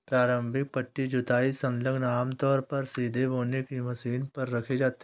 प्रारंभिक पट्टी जुताई संलग्नक आमतौर पर सीधे बोने की मशीन पर रखे जाते थे